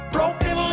Broken